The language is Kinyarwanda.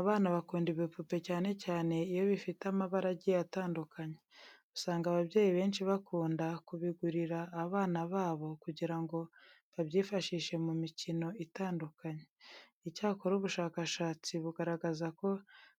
Abana bakunda ibipupe cyane cyane iyo bifite amabara agiye atandukanye. Usanga ababyeyi benshi bakunda kubigurira abana babo kugira ngo babyifashishe mu mikino itandukanye. Icyakora ubushakashatsi bugaragaza ko